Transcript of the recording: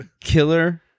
Killer